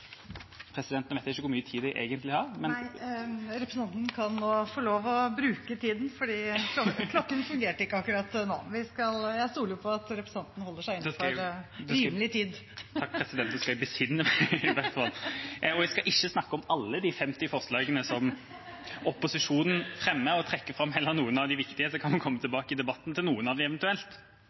President, nå vet jeg ikke hvor mye tid jeg egentlig har. Nei, klokken fungerte ikke akkurat nå. Jeg stoler på at representanten holder seg innenfor rimelig tid. Takk, president, da skal jeg besinne meg, og jeg skal ikke snakke om alle de nesten 50 forslagene som opposisjonen fremmer. Jeg trekker heller fram noen av de viktigste, og så kan vi eventuelt komme tilbake til noen av dem i debatten. Først til